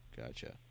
Gotcha